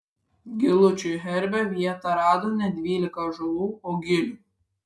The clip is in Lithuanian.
gilučių herbe vietą rado ne dvylika ąžuolų o gilių